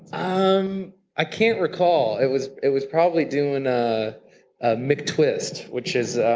um i can't recall, it was it was probably doing a ah mctwist, which is